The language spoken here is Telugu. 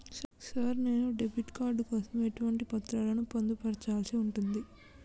సార్ నేను డెబిట్ కార్డు కోసం ఎటువంటి పత్రాలను పొందుపర్చాల్సి ఉంటది?